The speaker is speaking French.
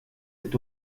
est